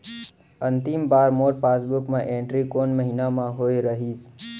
अंतिम बार मोर पासबुक मा एंट्री कोन महीना म होय रहिस?